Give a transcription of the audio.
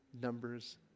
Numbers